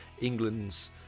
England's